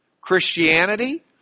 Christianity